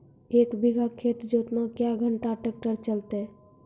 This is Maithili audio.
एक बीघा खेत जोतना क्या घंटा ट्रैक्टर चलते?